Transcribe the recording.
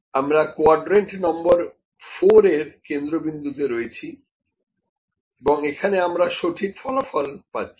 আমরা quadrant number 4 এর কেন্দ্রবিন্দুতে রয়েছি এবং এখানে আমরা সঠিক ফলাফল পাচ্ছি